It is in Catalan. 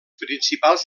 principals